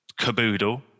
caboodle